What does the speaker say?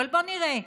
אבל בואו נראה,